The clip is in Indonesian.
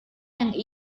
yang